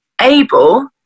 able